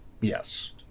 Yes